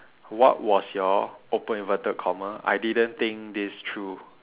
what was your open inverted comma I didn't think this through